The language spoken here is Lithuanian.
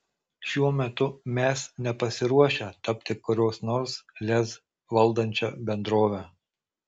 šiuo metu mes nepasiruošę tapti kurios nors lez valdančia bendrove